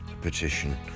petition